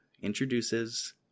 introduces